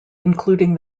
including